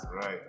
Right